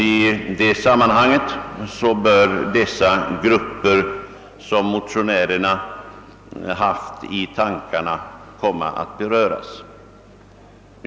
I detta sammanhang bör de grupper, som motionärerna haft 1 tankarna, komma att beröras.